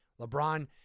LeBron